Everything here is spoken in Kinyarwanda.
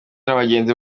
n’abagenzi